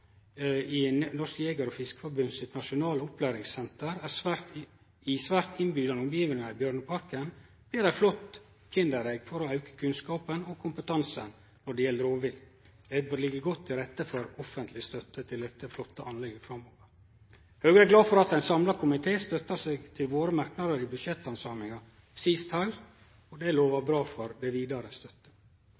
Norsk Jeger- og Fiskerforbund sitt nasjonale opplæringssenter i svært innbydande omgjevnader i Bjørneparken blir eit flott kinderegg for å auke kunnskapen og kompetansen når det gjeld rovvilt. Det bør liggje godt til rette for offentleg støtte til dette flotte anlegget framover. Høgre er glad for at ein samla komité støtta seg til våre merknader i budsjetthandsaminga sist haust, og det lovar bra for vidare støtte.